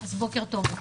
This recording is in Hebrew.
בוקר טוב.